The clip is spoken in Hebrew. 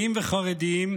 וחרדיים